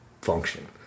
function